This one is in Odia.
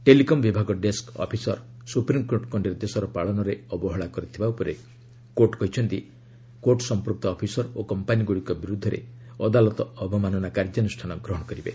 ଟେଲିକମ୍ ବିଭାଗ ଡେସ୍କ ଅଫିସର ସୁପ୍ରିମ୍କୋର୍ଟଙ୍କ ନିର୍ଦ୍ଦେଶର ପାଳନରେ ଅବହେଳା କରିଥିବା ଉପରେ କୋର୍ଟ କହିଛନ୍ତି କୋର୍ଟ ସମ୍ପୂକ୍ତ ଅଫିସର ଓ କମ୍ପାନୀଗୁଡ଼ିକ ବିରୁଦ୍ଧରେ ଅଦାଲତ ଅବମାନନା କାର୍ଯ୍ୟାନୁଷାନ ଗ୍ରହଣ କରିବେ